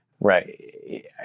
right